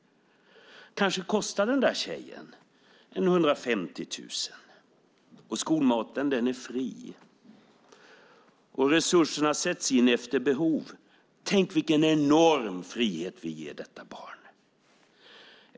Kanske kostar det 150 000 för den där tjejen. Skolmaten är fri. Resurserna sätts in efter behov. Tänk vilken enorm frihet vi ger detta barn!